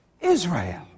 Israel